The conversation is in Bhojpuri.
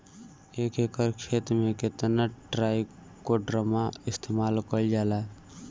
एक एकड़ खेत में कितना ट्राइकोडर्मा इस्तेमाल कईल जाला?